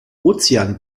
ozean